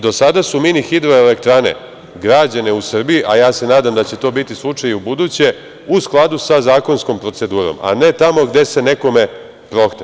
Do sada su mini hidroelektrane građene u Srbiji, a ja se nadam da će to biti slučaj i ubuduće u skladu sa zakonskom procedurom, a ne tamo gde se nekome prohte.